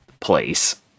place